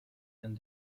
and